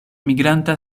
migranta